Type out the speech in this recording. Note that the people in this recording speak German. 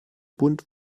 bunt